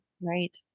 right